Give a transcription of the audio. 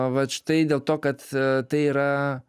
vat štai dėl to kad tai yra